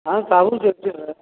ହଁ ସବୁ